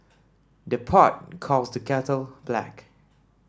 the pot calls the kettle black